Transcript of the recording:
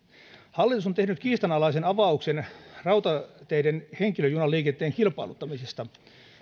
hallitus on tehnyt kiistanalaisen avauksen rautateiden henkilöjunaliikenteen kilpailuttamisesta